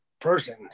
person